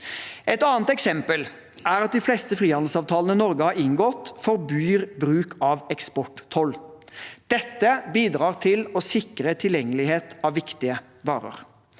Et annet eksempel er at de fleste frihandelsavtalene Norge har inngått, forbyr bruk av eksporttoll. Dette bidrar til å sikre tilgjengelighet av viktige varer.